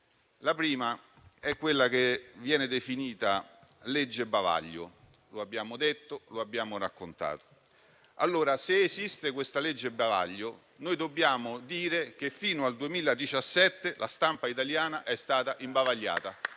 La prima è quella che viene definita legge bavaglio. Come abbiamo già detto, se esiste questa legge bavaglio, allora dobbiamo dire che fino al 2017 la stampa italiana è stata imbavagliata,